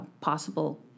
possible